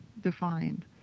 defined